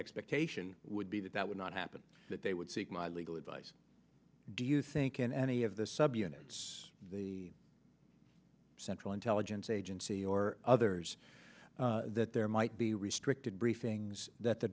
expectation would be that that would not happen that they would seek my legal advice do you think in any of the subunits the central intelligence agency or others that there might be restricted briefings that the